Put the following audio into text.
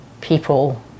people